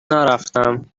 نرفتم